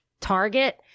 target